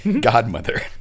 Godmother